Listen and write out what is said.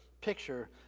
picture